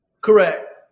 Correct